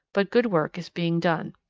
but good work is being done.